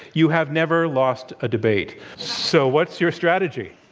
you have never lost a debate. so, what's your strategy?